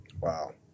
Wow